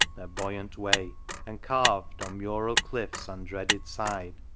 their buoyant way and carved, on mural cliff's undreaded side,